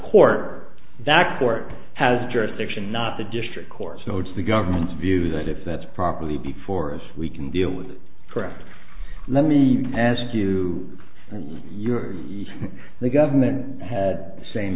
court that court has jurisdiction not the district courts notes the government's view that if that's properly before us we can deal with correct let me ask you and your you know the government had the same